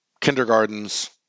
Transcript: kindergartens